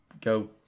go